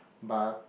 but